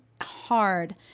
hard